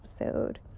episode